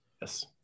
Yes